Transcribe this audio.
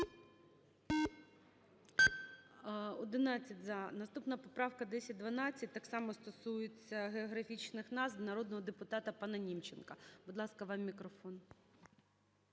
За-11 Наступна поправка 1022, так само стосується географічних назв, народного депутата пана Німченка. Будь ласка, вам мікрофон.